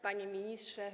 Panie Ministrze!